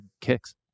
kicks